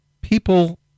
people